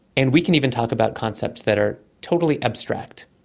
and we can even talk about concepts that are totally abstract.